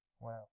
Wow